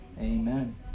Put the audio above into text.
Amen